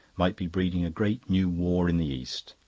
might be breeding a great new war in the east.